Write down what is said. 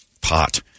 pot